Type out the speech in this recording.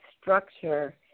structure